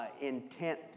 intent